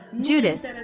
Judas